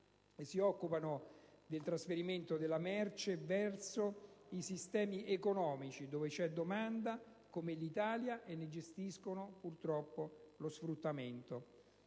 e si occupano del trasferimento della «merce» verso i sistemi economici dove c'è domanda, come l'Italia, e ne gestiscono purtroppo lo sfruttamento.